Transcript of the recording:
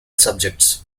subjects